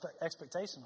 expectation